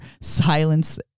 silence